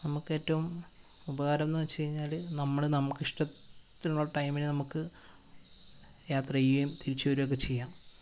നമുക്ക് ഏറ്റവും ഉപകാരം എന്നുവെച്ചു കഴിഞ്ഞാൽ നമ്മള് നമുക്ക് ഇഷ്ടത്തിനുള്ള ടൈമിന് നമുക്ക് യാത്ര ചെയ്യുകയും തിരിച്ചു വരികയും ഒക്കെ ചെയ്യാം